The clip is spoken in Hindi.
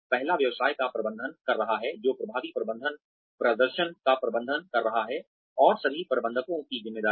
पहला व्यवसाय का प्रबंधन कर रहा है जो प्रभावी प्रबंधन प्रदर्शन का प्रबंधन कर रहा है और सभी प्रबंधकों की ज़िम्मेदारी है